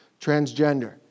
transgender